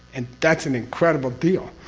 and that's an incredible deal!